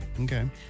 Okay